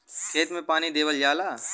खेत मे पानी देवल जाला